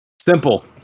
Simple